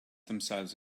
themselves